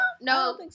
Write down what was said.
no